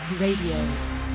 Radio